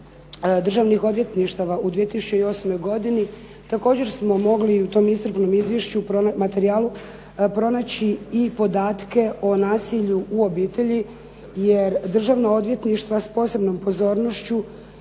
državnih odvjetništava u 2008. godini, također smo mogli u tom iscrpnom materijalu pronaći i podatke o nasilju u obitelji, jer Državno odvjetništvo s posebnom pozornošću